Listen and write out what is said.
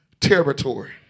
territory